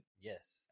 Yes